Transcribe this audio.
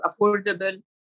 affordable